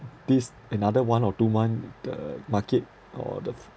this another one or two month the market or the